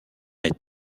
est